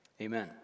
Amen